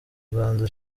rwanda